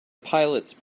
pilots